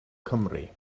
cymru